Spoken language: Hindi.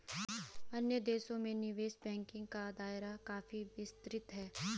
अन्य देशों में निवेश बैंकिंग का दायरा काफी विस्तृत है